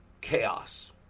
chaos